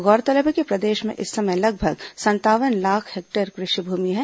गौरतलब है कि प्रदेश में इस समय लगभग संतावन लाख हेक्टेयर कृषि भूमि है